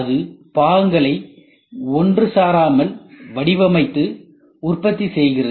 அது பாகங்களை ஒன்று சாராமல் வடிவமைத்து உற்பத்தி செய்கிறது